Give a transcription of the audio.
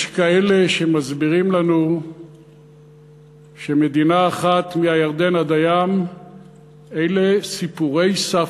יש כאלה שמסבירים לנו שמדינה אחת מהירדן עד הים אלה סיפורי סבתא,